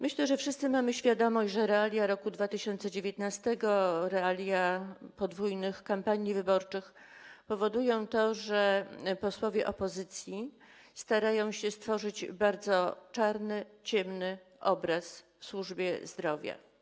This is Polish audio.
Myślę, że wszyscy mamy świadomość, że realia roku 2019, realia podwójnej kampanii wyborczej powodują, że posłowie opozycji starają się stworzyć bardzo czarny, ciemny obraz służby zdrowia.